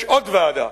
יש עוד ועדה